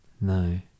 No